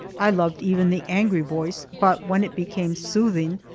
i loved even the angry voice, but when it became soothing,